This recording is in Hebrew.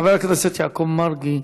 חבר הכנסת יעקב מרגי,